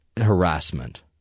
harassment